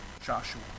Joshua